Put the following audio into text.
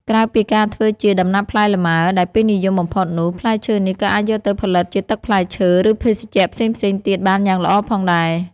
ក្រៅពីការធ្វើជា ដំណាប់ផ្លែលម៉ើ ដែលពេញនិយមបំផុតនោះ ផ្លែឈើនេះក៏អាចយកទៅផលិតជាទឹកផ្លែឈើ ឬភេសជ្ជៈផ្សេងៗទៀតបានយ៉ាងល្អផងដែរ។